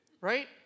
Right